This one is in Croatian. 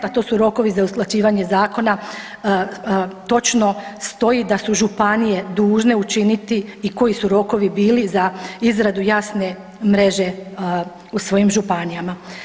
Pa to su rokovi za usklađivanje zakona točno stoji da su županije dužne učiniti i koji su rokovi bili za izradu jasne mreže u svojim županijama.